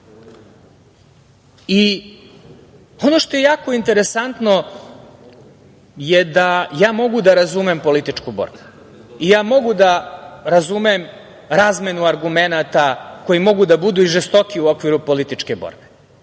što je jako interesantno je da ja mogu da razumem političku borbu i ja mogu da razumem razmenu argumenata koji mogu da budu i žestoki u okviru političke borbe,